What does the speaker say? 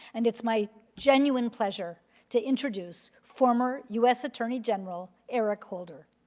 and it's my genuine pleasure to introduce former u s. attorney general eric holder.